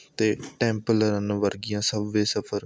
ਅਤੇ temple run ਵਰਗੀਆਂ subway surfers